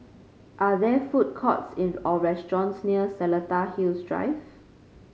are there food courts or restaurants near Seletar Hills Drive